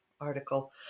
article